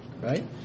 right